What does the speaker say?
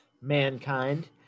mankind